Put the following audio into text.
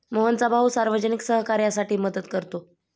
मोहनचा भाऊ सार्वजनिक सहकार्यासाठी मदत करतो